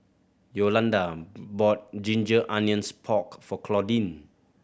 Yolanda bought ginger onions pork for Claudine